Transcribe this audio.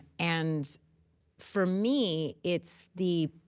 and for me it's the